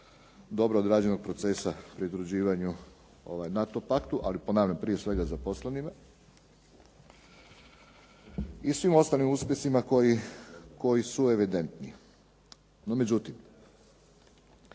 dobro odrađenog procesa pridruživanju NATO paktu, ali ponavljam prije svega zaposlenima i svim ostalim uspjesima koji su evidentni. No međutim,